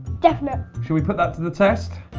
definite. should we put that to the test?